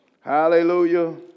Hallelujah